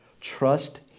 Trust